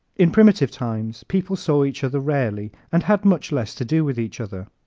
in primitive times people saw each other rarely and had much less to do with each other.